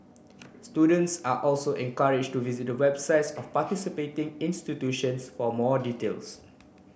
students are also encourage to visit the websites of participating institutions for more details